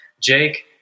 Jake